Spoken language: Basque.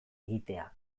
egitea